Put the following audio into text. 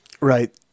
Right